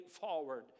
forward